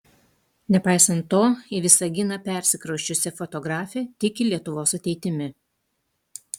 nepaisant to į visaginą persikrausčiusi fotografė tiki lietuvos ateitimi